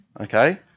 Okay